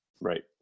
right